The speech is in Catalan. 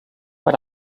per